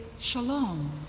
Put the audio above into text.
shalom